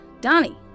Donnie